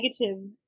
negative